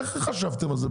איך חשבתם על זה?